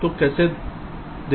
तो कैसे देखते हैं